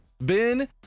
Ben